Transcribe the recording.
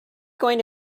going